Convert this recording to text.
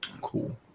Cool